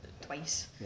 twice